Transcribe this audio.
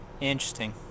Interesting